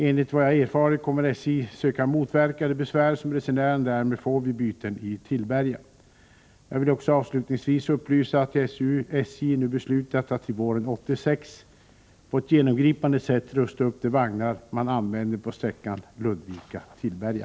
Enligt vad jag erfarit kommer SJ att försöka motverka de besvär som resenärerna därmed får vid byten i Tillberga. Jag vill också avslutningsvis upplysa om att SJ nu beslutat att till våren 1986 på ett genomgripande sätt rusta upp de vagnar man använder på sträckan Ludvika-Tillberga.